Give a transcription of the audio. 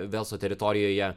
velso teritorijoje